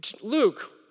Luke